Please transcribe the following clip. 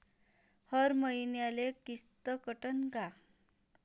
हर मईन्याले किस्त कटन का?